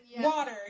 Water